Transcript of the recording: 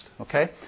Okay